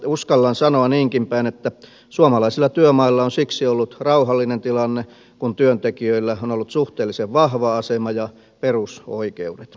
uskallan sanoa niinkin päin että suomalaisilla työmailla on siksi ollut rauhallinen tilanne kun työntekijöillä on ollut suhteellisen vahva asema ja perusoikeudet